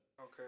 Okay